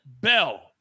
Bell